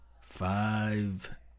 five